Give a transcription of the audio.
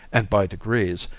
and by degrees,